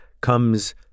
comes